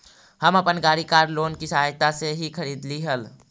हम अपन गाड़ी कार लोन की सहायता से ही खरीदली हल